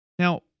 Now